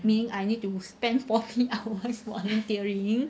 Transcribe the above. meaning I need to spend forty hours volunteering